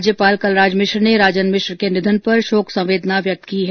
राज्यपाल कलराज मिश्र ने राजन मिश्र के निधन पर शोक संवेदना व्यक्त की है